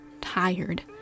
tired